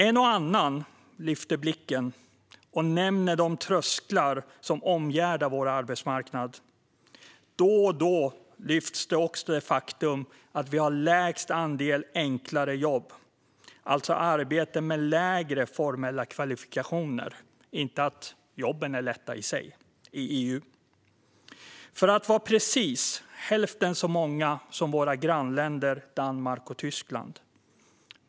En och annan lyfter blicken och nämner de trösklar som omgärdar vår arbetsmarknad. Då och då lyfts också det faktum att vi har lägst andel enklare jobb - inte jobb som är lätta i sig, men arbeten med lägre formella kvalifikationer - i EU. Det rör sig, för att vara precis, om hälften så många som i våra grannländer Danmark och Tyskland.